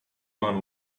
man